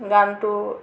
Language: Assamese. গানটো